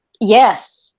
Yes